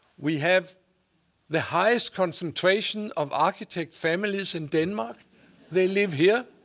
we have the highest concentration of architect families in denmark they live here.